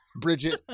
Bridget